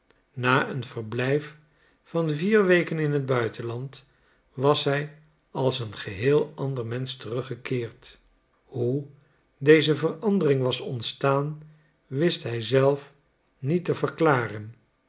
na een verblijf van vier weken in het buitenland was hij als een geheel ander mensch teruggekeerd hoe deze verandering was ontstaan wist hij zelf niet te verklaren